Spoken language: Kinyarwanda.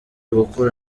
gukura